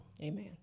Amen